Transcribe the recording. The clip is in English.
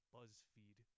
BuzzFeed